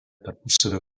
tarpusavio